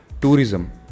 tourism